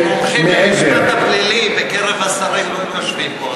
כי מומחים למשפט הפלילי בקרב השרים לא יושבים פה,